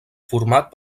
format